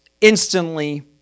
instantly